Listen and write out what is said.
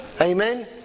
Amen